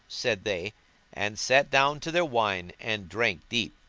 said they and sat down to their wine and drank deep.